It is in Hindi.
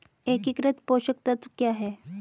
एकीकृत पोषक तत्व क्या है?